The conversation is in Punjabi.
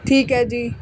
ਠੀਕ ਹੈ ਜੀ